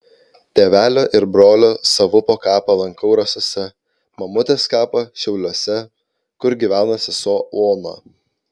tėvelio ir brolio savuko kapą lankau rasose mamutės kapą šiauliuose kur gyvena sesuo ona